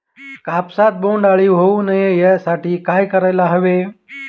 कापसात बोंडअळी होऊ नये यासाठी काय करायला हवे?